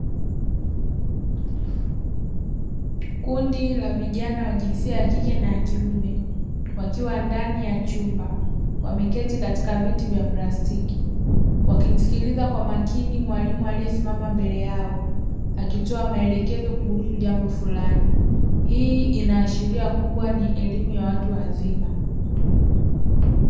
Kundi la vijana wa jinsia ya kike na ya kiume wakiwa ndani ya chumba wameketi katika viti vya plastiki wakimsikiliza kwa makini mwalimu aliyesimama mbele yao akitoa maelekezo kuhusu jambo fulani, hii inaashiria kuwa ni elimu ya watu wazima.